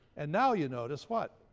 and now you notice what?